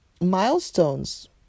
Milestones